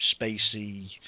spacey